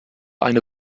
eine